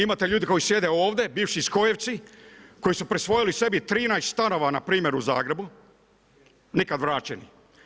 Imate ljude koji sjede ovdje, bivši SKOJ-evci, koji su prisvojili sebi 13 stanova npr. u Zagrebu, nikada vraćeni.